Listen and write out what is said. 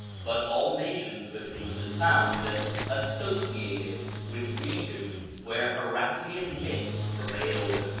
but all nations with whom it was found associate it with regions where heraclean myths prevailed.